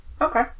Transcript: Okay